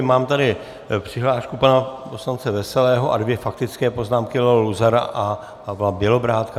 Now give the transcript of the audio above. Mám tady přihlášku pana poslance Veselého a dvě faktické poznámky, Leo Luzara a Pavla Bělobrádka.